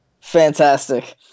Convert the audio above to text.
Fantastic